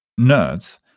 nerds